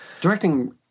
directing